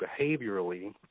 behaviorally